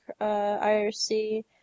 IRC